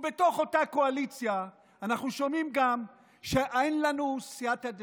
ובתוך אותה קואליציה אנחנו שומעים גם שאין לנו סייעתא דשמיא.